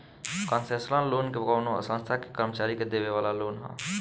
concessional loan कवनो संस्था के कर्मचारी के देवे वाला लोन ह